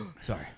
Sorry